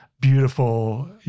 beautiful